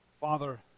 Father